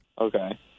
Okay